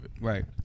Right